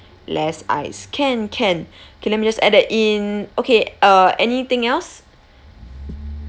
less ice can can okay let me just add that in okay uh anything else